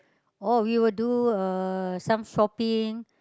oh we will do uh some shopping